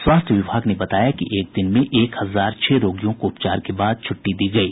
स्वास्थ्य विभाग ने बताया कि एक दिन में एक हजार छह रोगियों को उपचार के बाद छ्टटी दी गयी